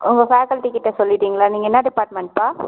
உங்கள் ஃபேக்கல்ட்டி கிட்டே சொல்லிட்டிங்களா நீங்கள் என்ன டிப்பார்ட்மென்ட்ப்பா